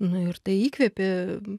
nu ir tai įkvėpė